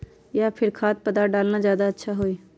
या फिर खाद्य पदार्थ डालना ज्यादा अच्छा होई?